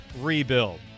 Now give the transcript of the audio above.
rebuild